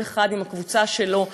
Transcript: כל אחד עם הקבוצה שלו,